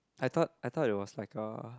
I thought I thought it was like a